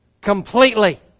completely